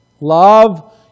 Love